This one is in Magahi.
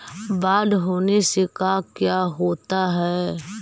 बाढ़ होने से का क्या होता है?